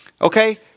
Okay